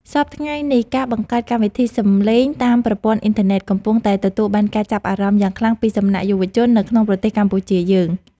សព្វថ្ងៃនេះការបង្កើតកម្មវិធីសំឡេងតាមប្រព័ន្ធអ៊ីនធឺណិតកំពុងតែទទួលបានការចាប់អារម្មណ៍យ៉ាងខ្លាំងពីសំណាក់យុវជននៅក្នុងប្រទេសកម្ពុជាយើង។